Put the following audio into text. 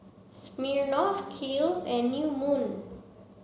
Smirnoff Kiehl's and New Moon